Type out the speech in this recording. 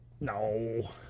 No